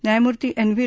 न्यायमूर्ती N V